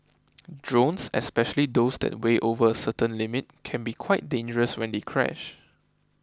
drones especially those that weigh over a certain limit can be quite dangerous when they crash